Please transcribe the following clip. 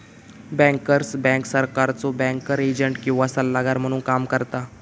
bankers bank सरकारचो banker agent किंवा सल्लागार म्हणून काम करता